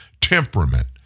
temperament